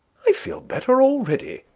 i feel better already.